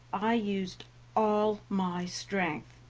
i used all my strength,